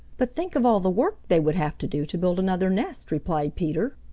but think of all the work they would have to do to build another nest, replied peter.